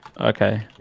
okay